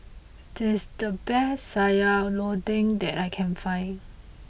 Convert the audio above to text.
this is the best Sayur Lodeh that I can find